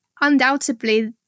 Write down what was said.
undoubtedly